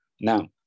Now